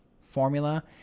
formula